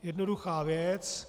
Jednoduchá věc.